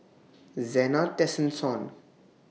Zena Tessensohn